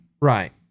Right